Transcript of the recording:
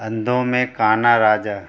अंधों में काना राजा